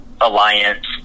alliance